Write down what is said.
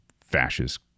fascist